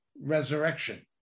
resurrection